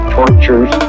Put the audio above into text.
tortures